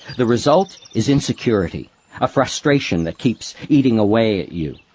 the result is insecurity-a ah frustration that keeps eating away at you.